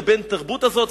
לבן התרבות הזאת,